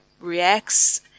reacts